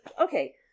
okay